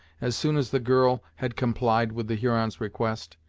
as soon as the girl had complied with the huron's request.